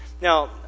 Now